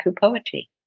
poetry